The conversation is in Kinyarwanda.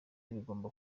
bigomba